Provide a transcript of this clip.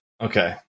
Okay